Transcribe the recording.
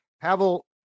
Pavel